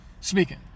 speaking